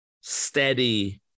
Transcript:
steady